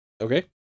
Okay